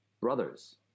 brothers